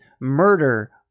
murder